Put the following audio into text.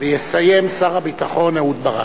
ויסיים שר הביטחון אהוד ברק.